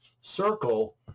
circle